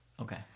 Okay